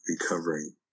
recovering